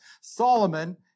Solomon